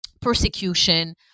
persecution